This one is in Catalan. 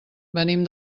venim